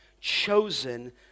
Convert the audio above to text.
chosen